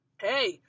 Hey